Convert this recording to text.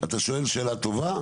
אתה שואל שאלה טובה,